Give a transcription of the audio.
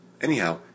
anyhow